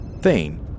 Thane